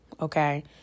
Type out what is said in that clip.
okay